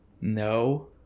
no